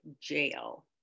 jail